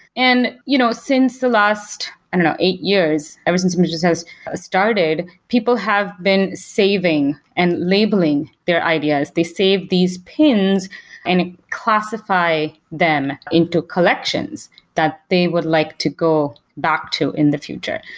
and you know since the last i don't know, eight years, ever since images has ah started, people have been saving and labeling their ideas. they save these pins and classify them into collections that they would like to go back to in the future.